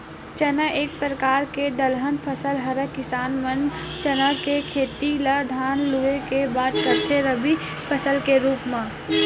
चना एक परकार के दलहन फसल हरय किसान मन चना के खेती ल धान लुए के बाद करथे रबि फसल के रुप म